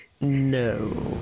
No